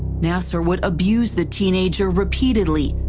nassar would abuse the teenager repeatedly,